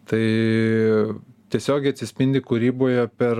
tai tiesiogiai atsispindi kūryboje per